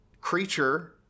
creature